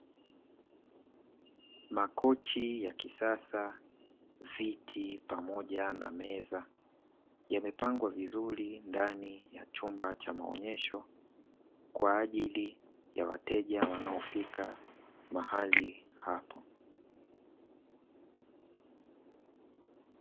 Makochi ya kisasa, viti pamoja na meza yamepangwa vizuri ndani ya chumba cha maonesho, kwa ajili ya wateja wanaofika mahali hapo.